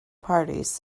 parties